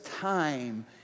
time